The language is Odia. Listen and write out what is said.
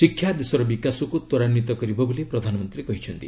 ଶିକ୍ଷା ଦେଶର ବିକାଶକୁ ତ୍ୱରାନ୍ୱିତ କରିବ ବୋଲି ପ୍ରଧାନମନ୍ତ୍ରୀ କହିଛନ୍ତି